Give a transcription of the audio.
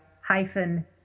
hyphen